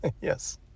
Yes